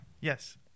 Yes